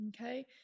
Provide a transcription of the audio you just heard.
okay